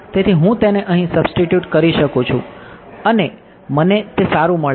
તેથી હું તેને અહીં સબ્સ્ટિટ્યુટ કરી શકું છું અને મને તે સારું મળે છે